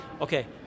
Okay